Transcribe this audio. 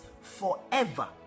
forever